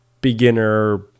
beginner